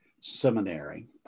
seminary